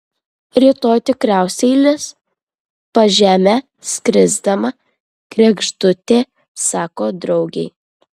rytoj tikriausiai lis pažeme skrisdama kregždutė sako draugei